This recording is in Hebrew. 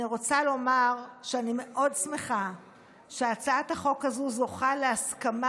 אני רוצה לומר שאני מאוד שמחה שהצעת החוק הזו זוכה להסכמה